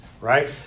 right